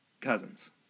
cousins